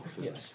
Yes